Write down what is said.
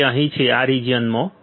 તે અહીં જ આ રીજીયનમાં છે